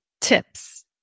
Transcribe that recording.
tips